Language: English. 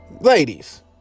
ladies